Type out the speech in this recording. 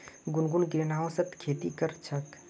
गुनगुन ग्रीनहाउसत खेती कर छ